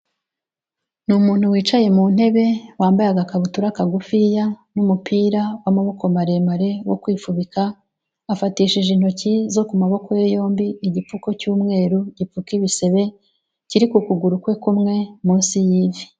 Ni umuntu wicaye mu ntebe, wambaye agakabutura kagufiya n'umupira w'amaboko maremare wo kwifubika, afatishije intoki zo ku maboko ye yombi igipfuko cy'umweru gipfuka ibisebe, kiri ku kuguru kwe kumwe munsi y'ivi.